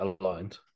aligned